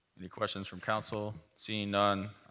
any questions from council? seeing none.